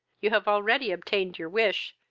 you have already obtained your wish,